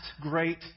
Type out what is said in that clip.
great